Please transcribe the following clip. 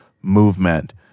movement